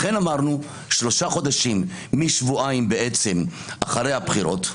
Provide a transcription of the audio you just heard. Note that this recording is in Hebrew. לכן אמרנו, שלושה חודשים, משבועיים אחרי הבחירות,